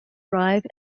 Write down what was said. drive